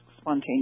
spontaneous